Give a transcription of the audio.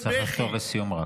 אדוני, צריך רק לחתור לסיום.